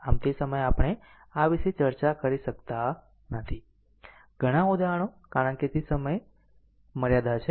આમ તે સમયે આપણે આ વિશે ચર્ચા કરી શકતા નથી ઘણાં ઉદાહરણો કારણ કે તે સમય મર્યાદા છે